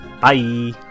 Bye